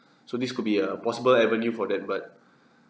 so this could be a possible avenue for that but